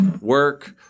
work